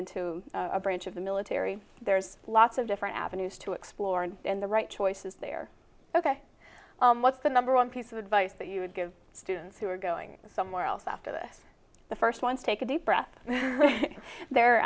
into a branch of the military there's lots of different avenues to explore and in the right choices there ok what's the number one piece of advice that you would give students who are going somewhere else after this the first one to take a deep breath there